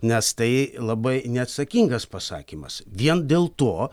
nes tai labai neatsakingas pasakymas vien dėl to